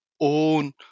own